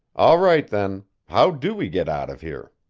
all right then how do we get out of here?